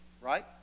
right